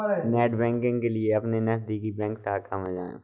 net banking के लिए अपने नजदीकी बैंक शाखा में जाए